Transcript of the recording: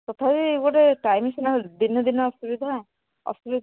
ତଥାପି ଗୋଟିଏ ଟାଇମ ସିନା ଦିନେ ଦିନେ ଅସୁବିଧା ଅସୁବିଧା